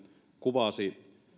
kuvasi